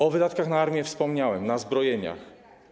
O wydatkach na armię wspomniałem, na zbrojenia.